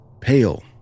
pale